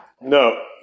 no